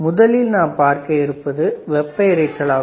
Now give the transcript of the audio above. முதலில் நாம் பார்க்க இருப்பது வெப்ப இரைச்சல் ஆகும்